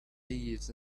thieves